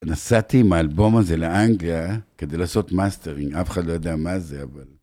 נסעתי מהאלבום הזה לאנגה כדי לעשות מאסטרינג, אף אחד לא יודע מה זה אבל.